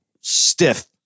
stiff